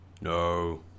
No